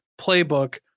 playbook